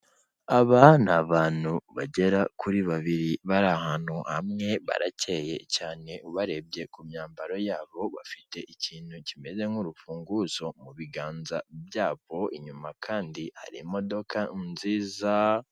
Aba ni abantu bagera kuri babiri bari ahantu hamwe baracyeye cyane ubarebye ku myambaro yabo bafite ikintu kimeze nk'urufunguzo mu biganza byabo inyuma kandi hari imodoka nziza.